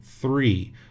three